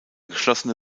geschlossene